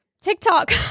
TikTok